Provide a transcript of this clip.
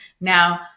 Now